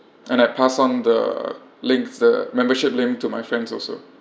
and I pass on the links the membership link to my friends also